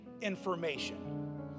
information